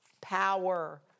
power